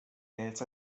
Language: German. mails